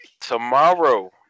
Tomorrow